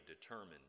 determined